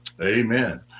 Amen